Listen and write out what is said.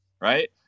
right